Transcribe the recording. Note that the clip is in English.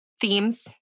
themes